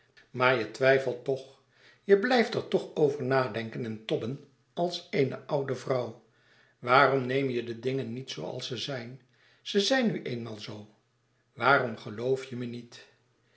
maar je twijfelt toch je blijft er toch over nadenken en tobben als eene oude vrouw waarom neem je de dingen niet zooals ze zijn ze zijn nu eenmaal zoo waarom geloof je me niet